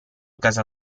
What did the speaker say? casa